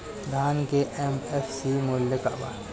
धान के एम.एफ.सी मूल्य का बा?